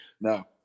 No